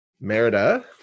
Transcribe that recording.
Merida